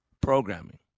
programming